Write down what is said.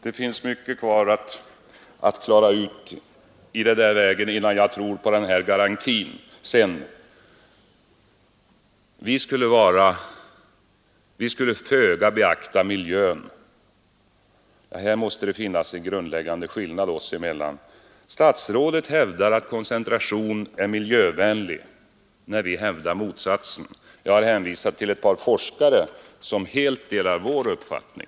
Det finns många frågor att klara av innan jag tror på statsrådets garanti. Man påstår att vi föga skulle beakta miljön. Här måste det finnas en grundläggande skillnad oss emellan. Statsrådet hävdar att koncentration är miljövänlig, vi hävdar motsatsen. Jag har hänvisat till ett par forskare som helt delar vår uppfattning.